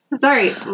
Sorry